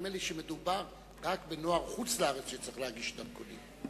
נדמה לי שמדובר רק בנוער חוץ-לארץ שצריך להגיש דרכונים.